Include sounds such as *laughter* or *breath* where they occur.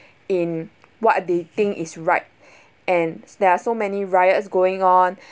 in what they think is right *breath* and there are so many riots going on *breath*